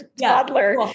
toddler